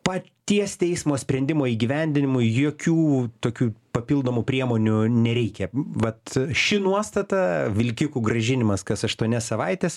paties teismo sprendimo įgyvendinimui jokių tokių papildomų priemonių nereikia vat ši nuostata vilkikų grąžinimas kas aštuonias savaites